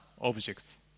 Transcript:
objects